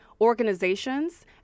organizations